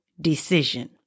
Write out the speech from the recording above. decision